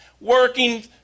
working